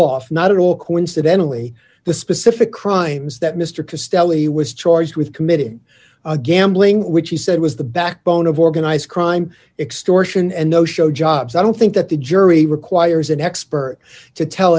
off not at all coincidentally the specific crimes that mr castello he was charged with committed gambling which he said was the backbone of organized crime extortion and no show jobs i don't think that the jury requires an expert to tell